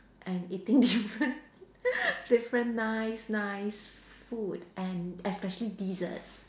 and eating different different nice nice food and especially desserts